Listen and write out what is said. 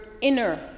inner